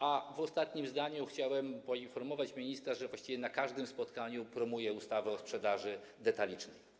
A w ostatnim zdaniu chciałem poinformować ministra, że właściwie na każdym spotkaniu promuję ustawę o sprzedaży detalicznej.